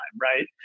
right